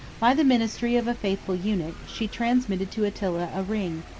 by the ministry of a faithful eunuch, she transmitted to attila a ring,